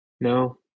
No